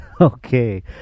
Okay